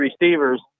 receivers